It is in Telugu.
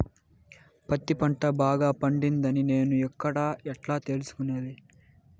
పత్తి పంట బాగా పండిందని నేను ఎక్కడ, ఎట్లా తెలుసుకునేది?